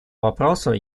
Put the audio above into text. вопросу